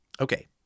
Okay